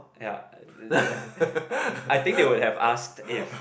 ya they I think they would have asked if